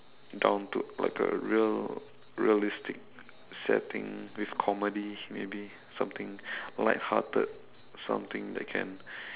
down to like a real~ realistic setting with comedy maybe something light hearted something that can